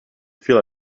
feel